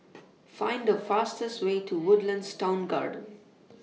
Find The fastest Way to Woodlands Town Garden